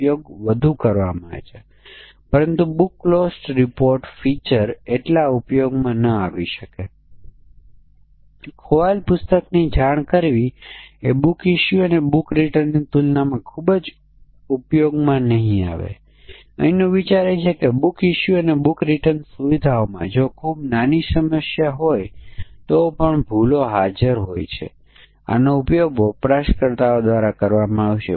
આપણે જે કહ્યું તે વિશેની એક ધારણા બહુવિધ પરિમાણો માટે વિશેષ મૂલ્ય પરીક્ષણના કેસોની રચનાની રીત જે કોઈપણ સમયે એક બાઉન્ડ્રીમાં સમસ્યા હોઈ શકે છે